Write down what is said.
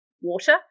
water